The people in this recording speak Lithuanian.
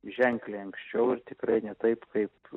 ženkliai anksčiau ir tikrai ne taip kaip